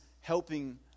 helping